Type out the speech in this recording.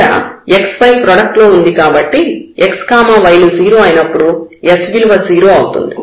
ఇక్కడ xy product లో ఉంది కాబట్టి x y లు 0 అయినప్పుడు s విలువ 0 అవుతుంది